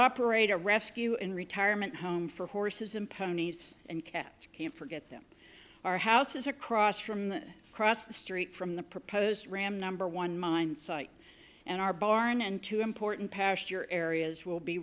operate a rescue in retirement home for horses and ponies and can't forget them our houses across from across the street from the proposed ram number one mine site and our barn and two important pasture areas will be